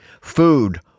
food